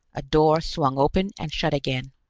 a door swung open and shut again,